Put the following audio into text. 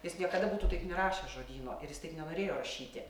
jis niekada būtų taip nerašęs žodyno ir jis taip nenorėjo rašyti